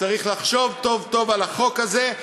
צריך לחשוב טוב-טוב על החוק הזה.